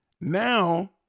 Now